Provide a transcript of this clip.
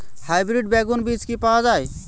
Hybrid বেগুন বীজ কি পাওয়া য়ায়?